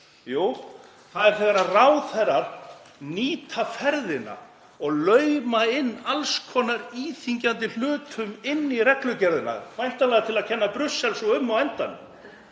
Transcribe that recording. Jú, það er þegar ráðherrar nýta ferðina og lauma alls konar íþyngjandi hlutum inn í reglugerðir, væntanlega til að kenna Brussel svo um á endanum.